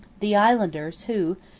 the islanders, who,